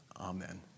Amen